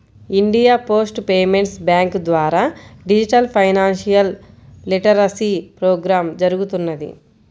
India Post Payments Bank ద్వారా digital financial literacy programme జరుగుతున్నది